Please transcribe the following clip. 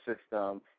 system